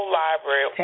library